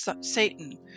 Satan